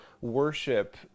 worship